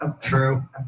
True